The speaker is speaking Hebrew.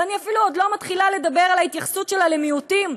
ואני אפילו עוד לא מתחילה לדבר על ההתייחסות שלה למיעוטים,